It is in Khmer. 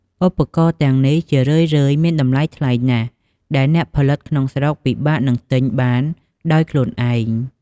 ឧបករណ៍ទាំងនេះជារឿយៗមានតម្លៃថ្លៃណាស់ ដែលអ្នកផលិតក្នុងស្រុកពិបាកនឹងទិញបានដោយខ្លួនឯង។